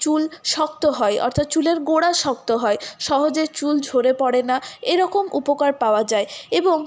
চুল শক্ত হয় অর্থাৎ চুলের গোড়া শক্ত হয় সহজে চুল ঝরে পড়ে না এরকম উপকার পাওয়া যায় এবং